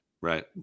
right